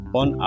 on